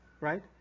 Right